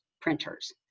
printers